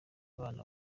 abana